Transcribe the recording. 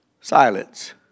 silence